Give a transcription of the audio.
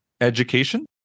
Education